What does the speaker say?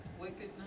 Wickedness